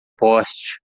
poste